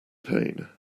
pain